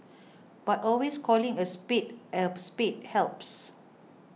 but always calling a spade a spade helps